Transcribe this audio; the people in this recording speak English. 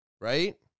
right